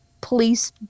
police